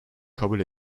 kabul